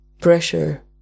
pressure